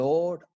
Lord